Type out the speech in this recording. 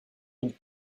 ils